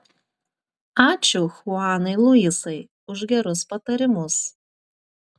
ačiū chuanai luisai už gerus patarimus